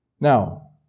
Now